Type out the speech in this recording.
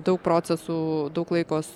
daug procesų daug laiko